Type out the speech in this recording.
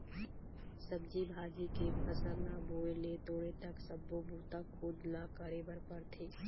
सब्जी भाजी के फसल ल बोए ले तोड़े तक सब्बो बूता खुद ल करे बर परथे